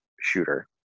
shooter